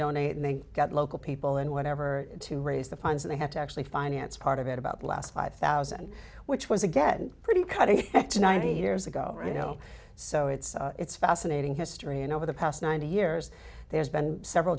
donate and they got local people and whatever to raise the funds they had to actually finance part of it about the last five thousand which was again pretty cutting to ninety years ago you know so it's it's fascinating history and over the past ninety years there's been several